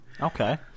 Okay